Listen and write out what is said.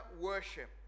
worship